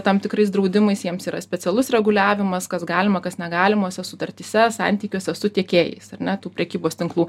tam tikrais draudimais jiems yra specialus reguliavimas kas galima kas negalimose sutartyse santykiuose su tiekėjais ar ne tų prekybos tinklų